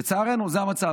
לצערנו, זה המצב,